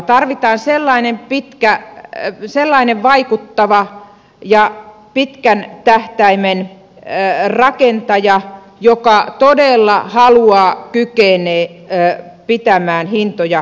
tarvitaan sellainen vaikuttava ja pitkän tähtäimen rakentaja joka todella haluaa pitää ja kykenee pitämään hintoja kurissa